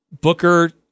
Booker